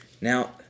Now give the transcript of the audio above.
Now